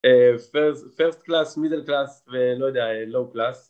אה.. פרס.. פרסט קלאס, מידל קלאס ולא יודע.. לואו קלאס